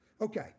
Okay